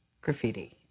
graffiti